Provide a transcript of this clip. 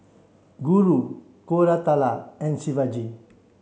Guru Koratala and Shivaji